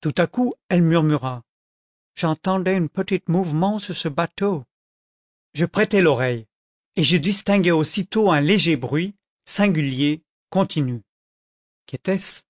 tout à coup elle murmura j'entendai une petite mouvement sur cette bateau je prêtai l'oreille et je distinguai aussitôt un léger bruit singulier continu qu'était-ce